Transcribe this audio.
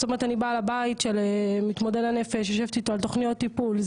זאת אומרת אני באה לבית של מתמודד הנפש ויושבת איתו על תוכניות טיפול.